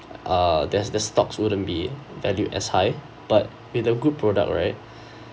uh there's their stocks wouldn't be valued as high but with a good product right